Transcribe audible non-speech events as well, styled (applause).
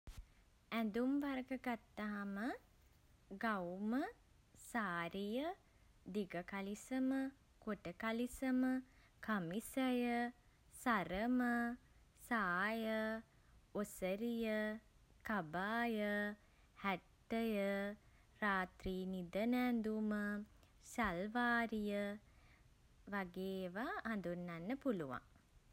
ඇඳුම් වර්ග ගත්තහම (hesitation) ගවුම සාරිය දිග කලිසම කොට කලිසම කමිසය සරම සාය ඔසරිය කබාය හැට්ටය රාත්‍රී නිදන ඇඳුම සල්වාරිය වගේ ඒවා (hesitation) හඳුන් වන්න පුළුවන්.